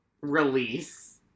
release